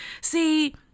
see